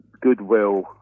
Goodwill